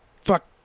fuck